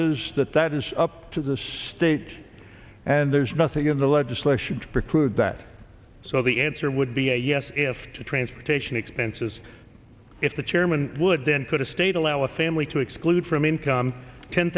is that that is up to the state and there's nothing in the legislation to preclude that so the answer would be a yes if the transportation expenses if the chairman would then put a state allow a family to exclude from income ten